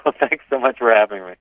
ah thanks so much for having like